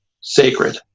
sacred